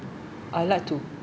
I like to